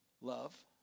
Love